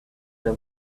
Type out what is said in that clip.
the